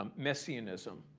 um messianism.